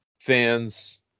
fans